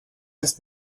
ist